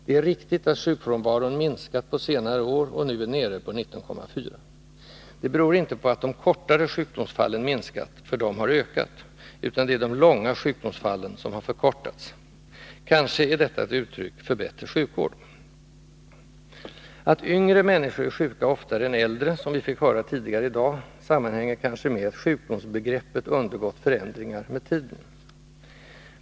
Det är riktigt att sjukfrånvaron minskat på senare år och nu är nere på 19,4 dagar. Det beror inte på att de kortare sjukdomsfallen minskat, för de har ökat, utan på att de långa sjukdomsfallen har förkortats. Kanske är detta ett resultat av bättre sjukvård. Att yngre människor är sjuka oftare än äldre, som vi fick höra tidigare i dag, sammanhänger kanske med att sjukdomsbegreppet med tiden har undergått förändringar.